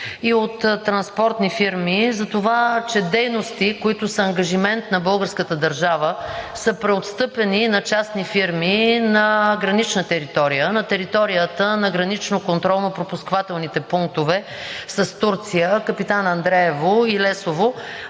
и от транспортни фирми за това, че дейности, които са ангажимент на българската държава, са преотстъпени на частни фирми на граничната територия – Гранично контролно-пропускателните пунктове с Турция „Капитан Андреево“ и „Лесово“.